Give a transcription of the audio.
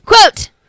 Quote